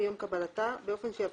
הרווחה והבריאות.